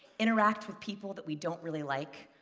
interact with people that we don't really like,